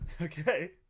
Okay